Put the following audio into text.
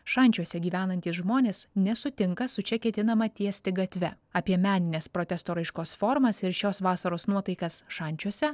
šančiuose gyvenantys žmonės nesutinka su čia ketinama tiesti gatve apie menines protesto raiškos formas ir šios vasaros nuotaikas šančiuose